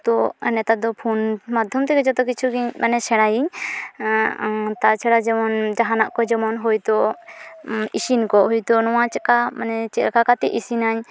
ᱛᱚ ᱱᱮᱛᱟᱨ ᱫᱚ ᱯᱷᱳᱱ ᱢᱟᱫᱽᱫᱷᱚᱢᱛᱮ ᱡᱚᱛᱚ ᱠᱤᱪᱷᱩᱜᱮᱧ ᱥᱮᱬᱟᱭᱤᱧ ᱛᱟᱪᱷᱟᱲᱟ ᱡᱮᱢᱚᱱ ᱡᱟᱦᱟᱱᱟᱜ ᱠᱚ ᱡᱮᱢᱚᱱ ᱦᱚᱭᱛᱚ ᱤᱥᱤᱱ ᱠᱚ ᱦᱚᱭᱛᱚ ᱱᱚᱣᱟ ᱪᱮᱠᱟ ᱢᱟᱱᱮ ᱪᱮᱫ ᱞᱮᱠᱟ ᱠᱟᱛᱮ ᱤᱥᱤᱱᱟᱹᱧ